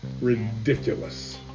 ridiculous